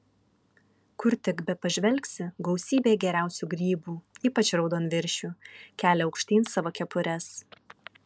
kur tik bepažvelgsi gausybė geriausių grybų ypač raudonviršių kelia aukštyn savo kepures